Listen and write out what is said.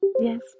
yes